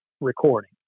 recording